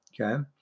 okay